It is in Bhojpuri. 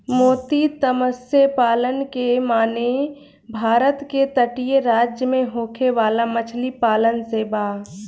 मोती मतस्य पालन के माने भारत के तटीय राज्य में होखे वाला मछली पालन से बा